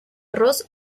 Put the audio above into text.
rose